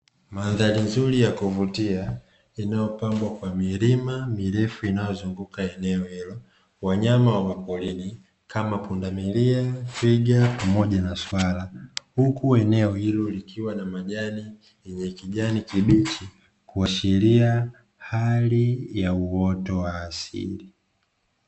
Mandhari nzuri ya kuvutia, inayopambwa kwa milima mirefu inayozunguka eneo hilo, wanyama wa porini kama; pundamilia, twiga pamoja na swala, huku eneo hilo likiwa na majani yenye kijani kibichi, kuashiria hali ya uoto wa asili.